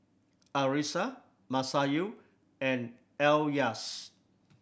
Arissa Masayu and Elyas